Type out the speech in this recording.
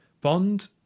bond